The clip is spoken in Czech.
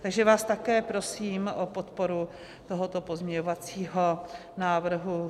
Takže vás také prosím o podporu tohoto pozměňovacího návrhu.